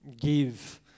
give